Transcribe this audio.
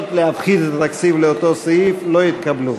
התקציב באותו סעיף לא התקבלו.